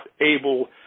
able